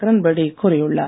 கிரண்பேடி கூறியுள்ளார்